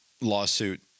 lawsuit